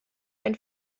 ein